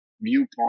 viewpoint